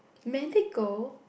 let it go